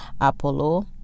apollo